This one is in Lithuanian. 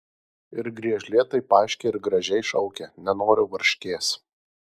ir griežlė taip aiškiai ir gražiai šaukia nenoriu varškės